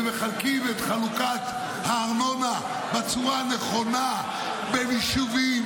ומחלקים את הארנונה בצורה הנכונה בין יישובים,